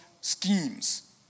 schemes